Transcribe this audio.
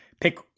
pick